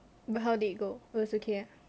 but how did it go it was okay ah